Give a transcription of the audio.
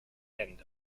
end